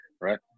Right